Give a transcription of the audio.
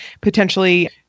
potentially